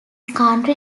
country